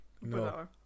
No